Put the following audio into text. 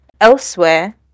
elsewhere